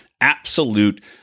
absolute